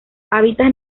hábitats